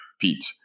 pete